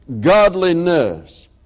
godliness